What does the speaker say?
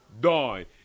Die